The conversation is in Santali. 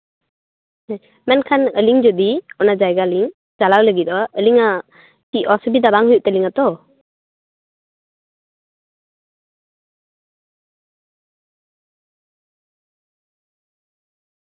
ᱢᱮᱱᱠᱷᱟᱱ ᱟᱞᱤᱧ ᱡᱩᱫᱤ ᱚᱱᱟ ᱡᱟᱭᱜᱟ ᱞᱤᱧ ᱪᱟᱞᱟᱣ ᱞᱟᱹᱜᱤᱫᱚᱜᱼᱟ ᱟᱹᱞᱤᱧᱟᱜ ᱠᱤ ᱚᱥᱩᱵᱤᱛᱟ ᱵᱟᱝ ᱦᱩᱭᱩᱜ ᱛᱟᱞᱤᱧᱟ ᱛᱚ